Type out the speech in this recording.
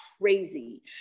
crazy